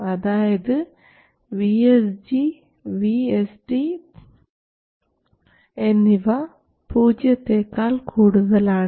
അതായത് VSG VSD എന്നിവ പൂജ്യത്തെക്കാൾ കൂടുതൽ ആണ്